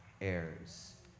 heirs